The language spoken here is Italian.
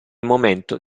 momento